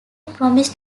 promised